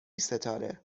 ستاره